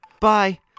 Bye